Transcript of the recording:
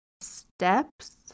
steps